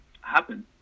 happen